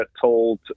told